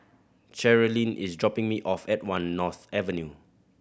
Cherilyn is dropping me off at One North Avenue